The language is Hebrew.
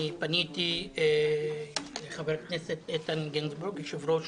פניתי לחבר הכנסת איתן גינזבורג, יושב-ראש